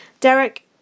Derek